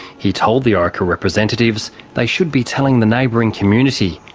he told the orica representatives they should be telling the neighbouring community,